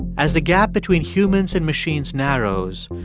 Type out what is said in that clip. as the gap between humans and machines narrows,